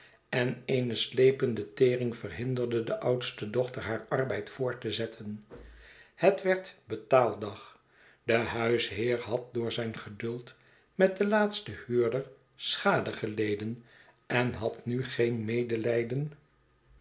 en eene slepende tering verhinderde de oudste dochter haar arbeid voort te zetten het werd betaaldag de huisheerhad door zijn geduld met den laatsten huurder schade geleden en had nu geen medelijden